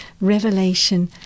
Revelation